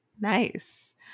nice